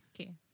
okay